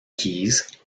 keys